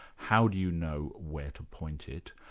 how do you know where to point it,